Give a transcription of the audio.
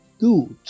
good